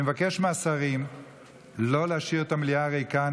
אני מבקש מהשרים לא להשאיר את המליאה ריקה.